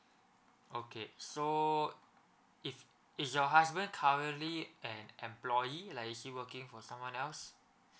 okay so if is your husband currently an employee like is he working for someone else